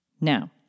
Now